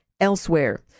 elsewhere